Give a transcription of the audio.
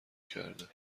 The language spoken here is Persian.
کرده